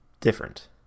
different